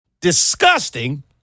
disgusting